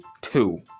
two